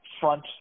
front